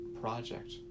project